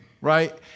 right